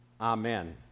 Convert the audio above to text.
Amen